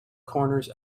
corners